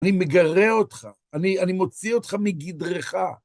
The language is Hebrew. אני מגרה אותך, אני מוציא אותך מגדרך.